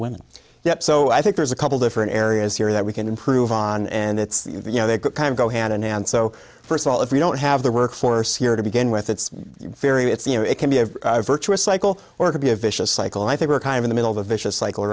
women yep so i think there's a couple different areas here that we can improve on and it's you know they kind of go hand in hand so first of all if we don't have the workforce here to begin with it's very it's you know it can be a virtuous cycle or could be a vicious cycle i think we're kind of in the middle of a vicious cycle